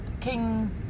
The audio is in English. king